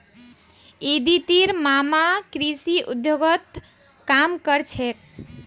अदितिर मामा कृषि उद्योगत काम कर छेक